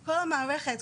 כל המערכת,